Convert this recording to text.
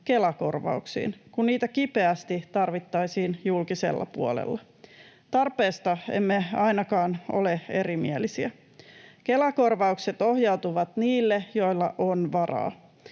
Kela-korvauksiin, kun niitä kipeästi tarvittaisiin julkisella puolella. Tarpeesta emme ainakaan ole erimielisiä. Kela-korvaukset ohjautuvat niille, joilla on varaa.